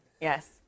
Yes